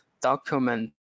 document